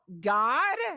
God